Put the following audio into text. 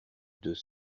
deux